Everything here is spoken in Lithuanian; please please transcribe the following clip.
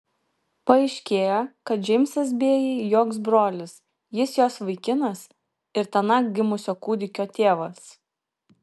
paaiškėjo kad džeimsas bėjai joks brolis jis jos vaikinas ir tąnakt gimusio kūdikio tėvas